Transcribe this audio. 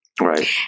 Right